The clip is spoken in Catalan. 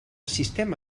sistema